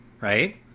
right